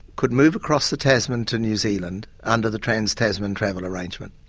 could move across the tasman to new zealand under the trans-tasman travel arrangement.